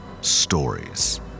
stories